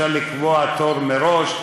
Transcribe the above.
אפשר לקבוע תור מראש.